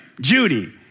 Judy